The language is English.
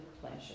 pleasure